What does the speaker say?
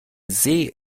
see